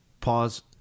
Pause